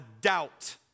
doubt